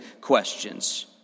questions